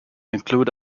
include